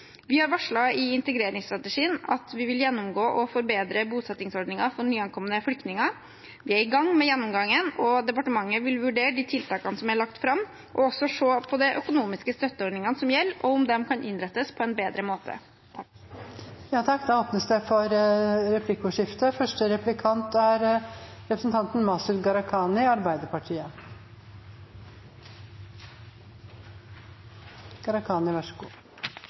Vi har varslet i integreringsstrategien at vi vil gjennomgå og forbedre bosettingsordningen for nyankomne flyktninger. Vi er i gang med gjennomgangen, og departementet vil vurdere de tiltakene som er lagt fram, og også se på de økonomiske støtteordningene som gjelder, og om de kan innrettes på en bedre måte. Det blir replikkordskifte. Jeg forstår det slik at statsråden som har ansvar for bosetting, er